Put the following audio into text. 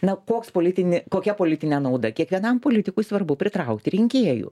na koks politinį kokia politinė nauda kiekvienam politikui svarbu pritraukti rinkėjų